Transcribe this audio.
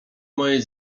mojej